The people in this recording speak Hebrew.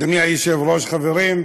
אדוני היושב-ראש, חברים,